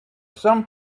some